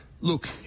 look